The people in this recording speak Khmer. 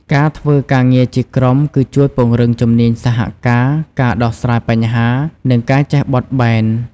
ការធ្វើការងារជាក្រុម គឺជួយពង្រឹងជំនាញសហការ ការដោះស្រាយបញ្ហា និងការចេះបត់បែន។